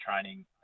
training